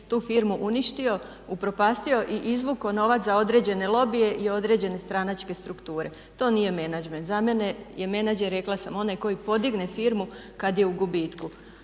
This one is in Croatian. tu firmu uništio, upropastio i izvukao novac za određene lobije i određene stranačke strukture. To nije menadžment. Za mene je menadžer rekla sam onaj koji podigne firmu kad je u gubitku.